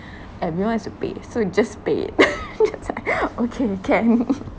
everyone has to pay so just pay it that's right okay can